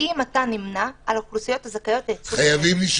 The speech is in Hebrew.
האם אתה נמנה על האוכלוסיות הזכאיות לייצוג הולם?